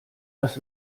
das